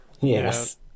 Yes